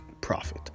profit